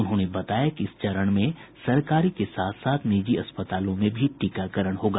उन्होंने बताया कि इस चरण में सरकारी के साथ साथ निजी अस्पतालों में भी टीकाकरण होगा